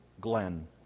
Glenn